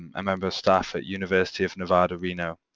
a member staff at university of nevada, reno.